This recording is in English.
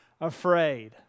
afraid